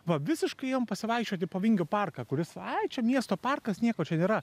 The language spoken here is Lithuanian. va visiškai ėjom pasivaikščioti po vingio parką kuris ai čia miesto parkas nieko čia nėra